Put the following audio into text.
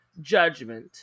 Judgment